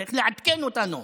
צריך לעדכן אותנו.